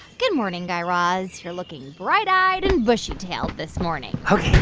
good morning, guy raz. you're looking bright-eyed and bushy-tailed this morning ok,